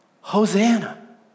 Hosanna